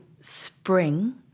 Spring